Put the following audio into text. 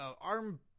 arm